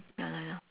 ya lor ya